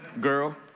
girl